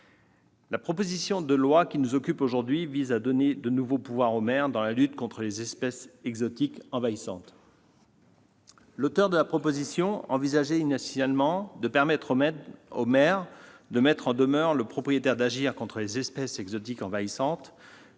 La proposition de loi qui nous occupe aujourd'hui vise à donner de nouveaux pouvoirs au maire dans la lutte contre les espèces exotiques envahissantes. Lesquels ? L'auteur de la proposition envisageait initialement de permettre au maire de mettre en demeure le propriétaire d'agir contre les espèces exotiques envahissantes